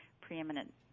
preeminent